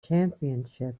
championship